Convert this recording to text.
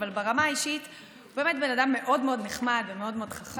אבל ברמה האישית הוא באמת בן אדם מאוד מאוד נחמד ומאוד מאוד חכם.